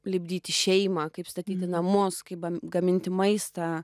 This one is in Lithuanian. lipdyti šeimą kaip statyti namus kaip gaminti maistą